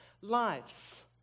lives